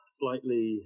slightly